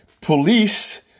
police